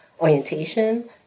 orientation